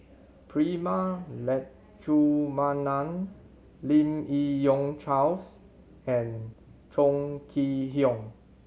Prema Letchumanan Lim Yi Yong Charles and Chong Kee Hiong